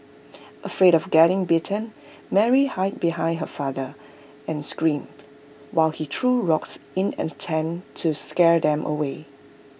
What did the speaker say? afraid of getting bitten Mary hide behind her father and screamed while he threw rocks in an attempt to scare them away